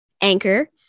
Anchor